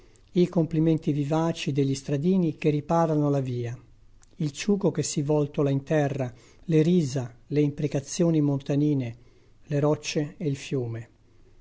i complimenti vivaci degli stradini che riparano la via il ciuco che si voltola in terra le risa le imprecazioni montanine le roccie e il fiume